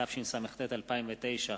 התשס”ט 2009,